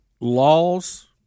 laws